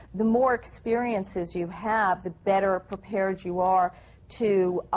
the more experiences you have, the better prepared you are to